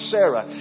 Sarah